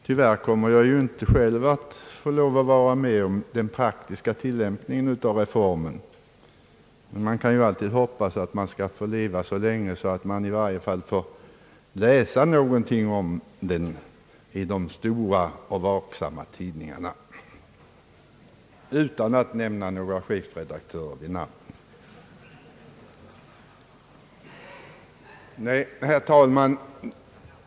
Tyvärr kommer jag ju inte själv att få vara med om den praktiska tillämpningen av reformen, men man kan ju alltid hoppas att man skall få leva så länge att man i varje fall kan få läsa någonting om den i de stora och vaksamma tidningarna — detta utan att nämna några chefredaktörer vid namn. Herr talman!